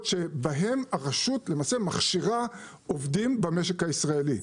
שבהם הרשות מכשירה עובדים במשק הישראלי.